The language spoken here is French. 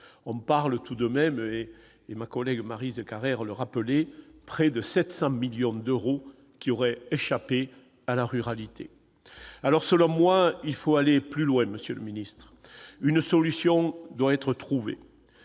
d'autant que, comme Maryse Carrère l'a rappelé, près de 700 millions d'euros auraient échappé à la ruralité ! Selon moi, il faut aller plus loin, monsieur le ministre. Une solution doit être trouvée.